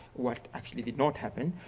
what actually did not happen.